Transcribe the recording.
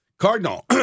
Cardinal